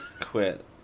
quit